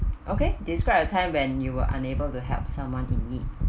okay describe a time when you are unable to help someone in need